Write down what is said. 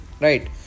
right